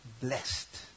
blessed